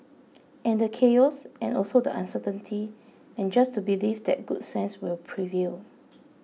and the chaos and also the uncertainty and just to believe that good sense will prevail